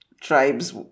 tribes